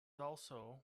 also